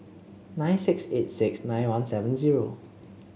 nine six eight six nine one seven zero